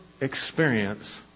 experience